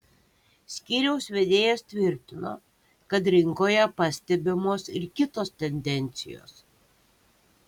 skyriaus vedėjas tvirtino kad rinkoje pastebimos ir kitos tendencijos